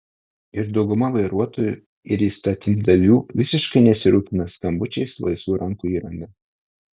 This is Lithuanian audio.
ir dauguma vairuotojų ir įstatymdavių visiškai nesirūpina skambučiais laisvų rankų įranga